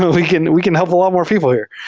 we can we can help a lot more people here.